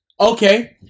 Okay